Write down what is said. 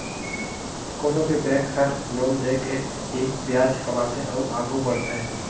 कोनो भी बेंक हर लोन दे के ही बियाज कमाथे अउ आघु बड़थे